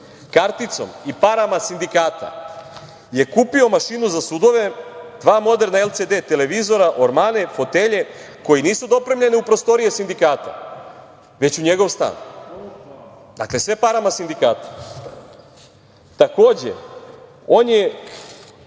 Karticom i parama sindikata je kupio mašinu za sudove, dva moderna LCD televizora, ormane, fotelje, koji nisu dopremljeni u prostorije sindikata, već u njegov stan. Dakle, sve parama sindikata. Takođe, on je